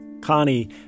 Connie